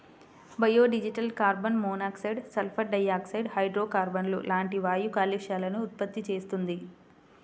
biodiesel carbon monoxide, sulphur dioxide, హైడ్రోకార్బన్లు లాంటి వాయు కాలుష్యాలను ఉత్పత్తి చేస్తుంది